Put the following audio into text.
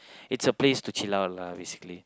it's a place to chill out lah basically